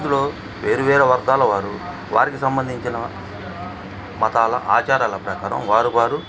ఇందులో వేరు వేరు వర్గాల వారు వారికి సంబంధించిన మతాల ఆచారాల ప్రకారం వారు వారు